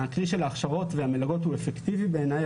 הכלי של ההכשרות והמלגות הוא אפקטיבי בעיניי,